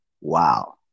Wow